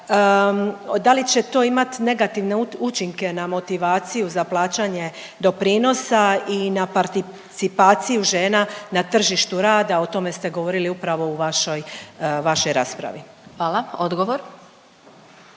da li će to imat negativne učinke na motivaciju za plaćanje doprinosa i na participaciju žena na tržištu rada, o tome ste govorili upravo u vašoj, vašoj raspravi. **Glasovac,